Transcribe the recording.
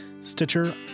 stitcher